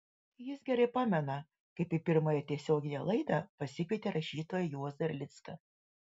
jis gerai pamena kaip į pirmąją tiesioginę laidą pasikvietė rašytoją juozą erlicką